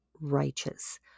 righteous